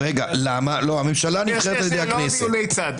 --- בלי דיוני צד.